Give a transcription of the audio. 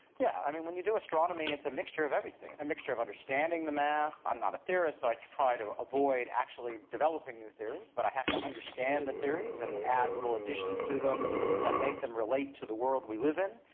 yeah when you do astronomy it's a mixture of everything, a mixture of understanding the math, i'm not a theorist, so i try to avoid actually developing new theories but i have to understand the theories and add little additions to them that make them relate to the world we live in.